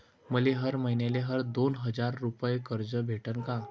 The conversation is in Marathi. मले हर मईन्याले हर दोन हजार रुपये कर्ज भेटन का?